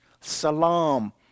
salam